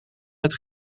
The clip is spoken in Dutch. met